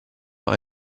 what